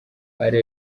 ari